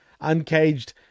uncaged